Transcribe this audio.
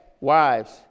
wives